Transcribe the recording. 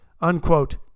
unquote